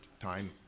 time